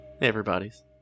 Everybody's